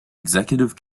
executive